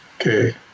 okay